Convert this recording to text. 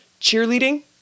cheerleading